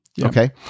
Okay